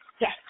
yes